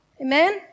Amen